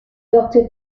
doctor